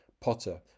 potter